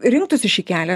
rinktųsi šį kelią